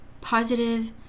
positive